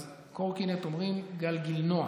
קורקינט אומרים גלגינוע,